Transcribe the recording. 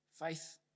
Faith